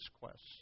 quests